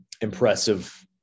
Impressive